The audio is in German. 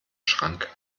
schrank